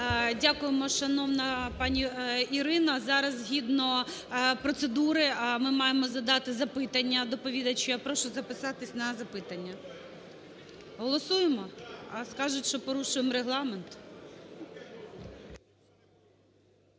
Дякуємо, шановна пані Ірина. Зараз згідно процедури ми маємо задати запитання доповідачу. Я прошу записатись на запитання. Голосуємо? А скажуть, що порушуємо Регламент.